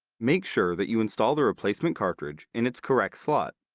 make sure that you install the replacement cartridge in its correct slot.